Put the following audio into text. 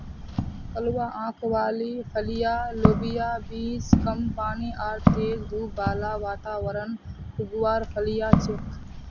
कलवा आंख वाली फलियाँ लोबिया बींस कम पानी आर तेज धूप बाला वातावरणत उगवार फलियां छिके